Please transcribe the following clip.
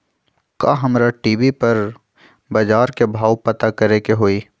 का हमरा टी.वी पर बजार के भाव पता करे के होई?